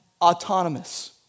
autonomous